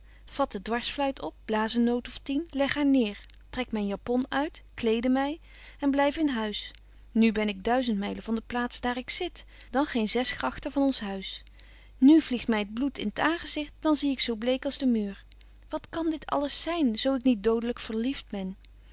de dwarsfluit op blaas een noot of tien leg haar neer trek myn japon uit kleede my en blyf in huis nu ben ik duizend mylen van de plaats daar ik zit dan geen zes gragten van ons huis nu vliegt my t bloed in t aangezigt dan zie ik zo bleek als de muur wat kan dit alles zyn zo ik niet dodelyk verlieft ben